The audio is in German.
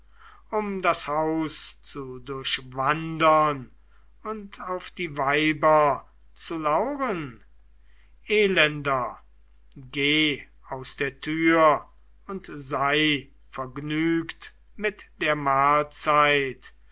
um das haus zu durchwandern und auf die weiber zu lauern elender geh aus der tür und sei vergnügt mit der mahlzeit